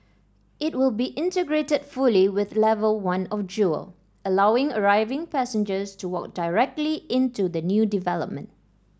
it will be integrated fully with level one of Jewel allowing arriving passengers to walk directly into the new development